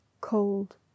cold